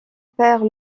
père